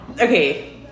Okay